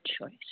choice